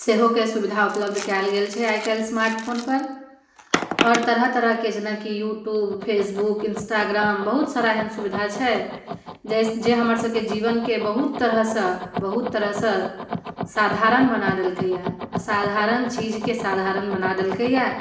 सेहोके सुविधा उपलब्ध कयल गेल छै आइ काल्हि स्मार्ट फोनपर आओर तरह तरहके जेनाकि यू ट्यूब फेसबुक इन्स्टाग्राम बहुत सारा एहन सुविधा छै जइ जे हमर सभके जीवनके बहुत तरहसँ बहुत तरहसँ साधारण बना देलकैए असाधारण चीजके साधारण बना देलकैए